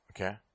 Okay